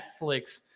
Netflix